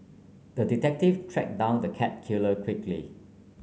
the detective track down the cat killer quickly